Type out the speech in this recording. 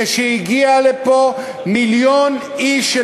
כשעלו לפה מיליון איש,